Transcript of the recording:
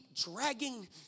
dragging